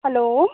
hello